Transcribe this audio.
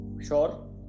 sure